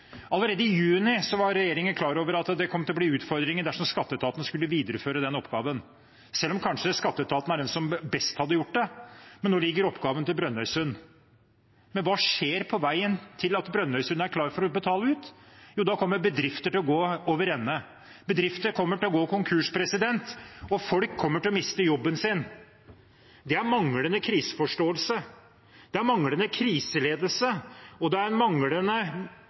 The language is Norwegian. Allerede i juni var regjeringen klar over at det kom til å bli utfordringer dersom skatteetaten skulle videreføre den oppgaven, selv om skatteetaten kanskje er de som best hadde gjort det. Nå ligger oppgaven til Brønnøysundsundregistrene, men hva skjer på veien til at de er klar til å betale ut? Jo, da kommer bedrifter til å gå overende. Bedrifter kommer til å gå konkurs, og folk kommer til å miste jobben sin. Det er manglende kriseforståelse, det er manglende kriseledelse, og det er manglende